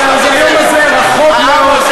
היום הזה רחוק מאוד,